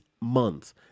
months